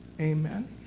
Amen